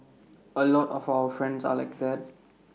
A lot of our friends are like that